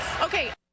okay